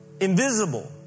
invisible